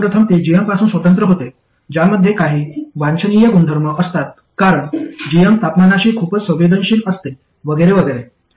सर्वप्रथम ते gm पासून स्वतंत्र होते ज्यामध्ये काही वांछनीय गुणधर्म असतात कारण gm तापमानाशी खूपच संवेदनशील असते वगैरे वगैरे